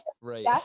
right